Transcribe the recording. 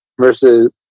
versus